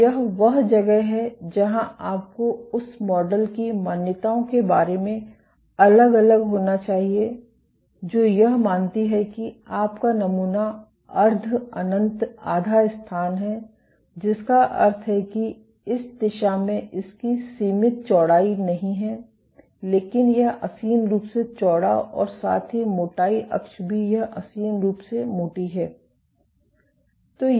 तो यह वह जगह है जहां आपको उस मॉडल की मान्यताओं के बारे में अलग अलग होना चाहिए जो यह मानती है कि आपका नमूना अर्ध अनंत आधा स्थान है जिसका अर्थ है कि इस दिशा में इसकी सीमित चौड़ाई नहीं है लेकिन यह असीम रूप से चौड़ा और साथ ही मोटाई अक्ष भी यह असीम रूप से मोटी है